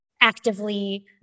actively